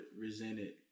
resented